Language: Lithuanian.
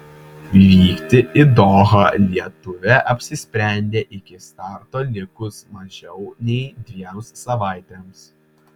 vykti į dohą lietuvė apsisprendė iki starto likus mažiau nei dviem savaitėms